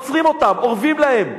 ועוצרים אותם ואורבים להם.